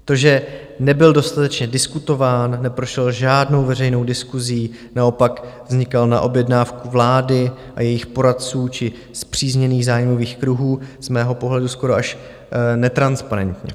To, že nebyl dostatečně diskutován, neprošel žádnou veřejnou diskusí, naopak vznikal na objednávku vlády a jejích poradců či spřízněných zájmových kruhů, z mého pohledu skoro až netransparentně.